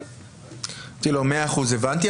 אמרתי לו: מאה אחוז, הבנתי.